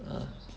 uh